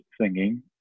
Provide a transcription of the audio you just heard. singing